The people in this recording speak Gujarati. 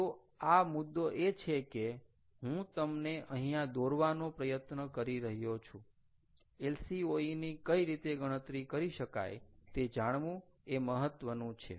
તો મુદ્દો એ છે કે હું તમને અહિયાં દોરવાનો પ્રયત્ન કરી રહ્યો છું LCOE ની કઈ રીતે ગણતરી કરી શકાય તે જાણવું એ મહત્વનું છે